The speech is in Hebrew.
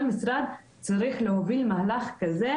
כל משרד צריך להוביל מהלך כזה,